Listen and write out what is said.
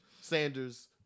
Sanders